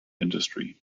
industry